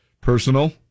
Personal